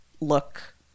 look